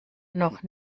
noch